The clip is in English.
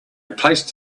placed